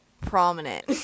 prominent